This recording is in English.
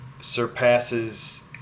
surpasses